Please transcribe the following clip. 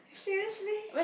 seriously